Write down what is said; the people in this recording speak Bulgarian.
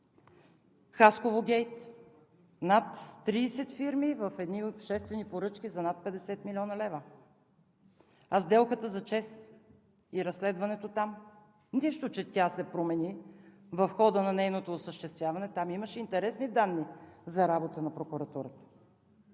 „Хасково гейт“, над 30 фирми в едни обществени поръчки за над 50 млн. лв. А сделката за ЧЕЗ и разследването там? Нищо че тя се промени. В хода на нейното осъществяване там имаше интересни данни за работата на прокуратурата.